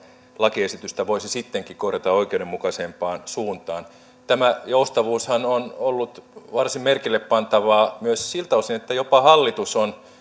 lakiesitystä voisi sittenkin korjata oikeudenmukaisempaan suuntaan tämä joustavuushan on ollut varsin merkille pantavaa myös siltä osin että jopa hallitus on